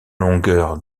longueur